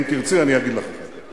אם תרצי אני אגיד לך אחר כך.